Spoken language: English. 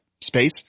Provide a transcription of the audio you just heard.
space